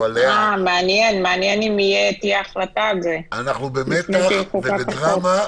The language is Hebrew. מעניין אם תהיה החלטה על זה לפי שיחוקק החוק.